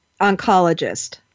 oncologist